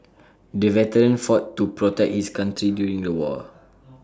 the veteran fought to protect his country during the war